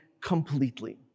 completely